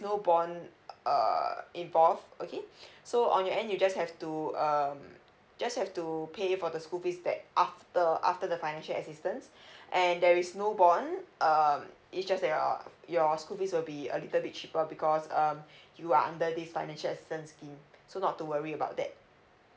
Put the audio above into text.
no bond err involve okay so on your end you just have to um just have to pay for the school fees that after after the financial assistance and there is no bond um is just your your school fees will be a little bit cheaper because um you are under this financial assistance scheme so not to worry about that